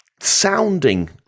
sounding